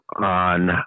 on